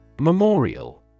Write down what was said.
Memorial